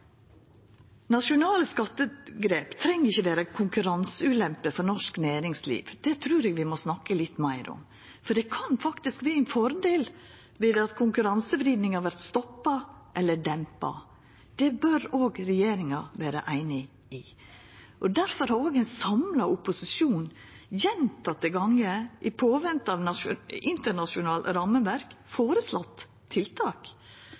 Nasjonale skattegrep treng ikkje vera ei konkurranseulempe for norsk næringsliv. Det trur eg vi må snakka litt meir om, for det kan faktisk vera ein fordel om konkurransevridinga vert stoppa eller dempa. Det bør òg regjeringa vera einig i. Difor har ein samla opposisjon, medan ein ventar på eit internasjonalt rammeverk, gjentekne gonger føreslått tiltak,